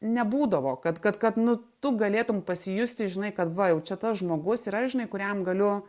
nebūdavo kad kad kad nu tu galėtum pasijusti žinai kad va jau čia tas žmogus ir aš žinai kuriam galiu